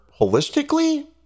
holistically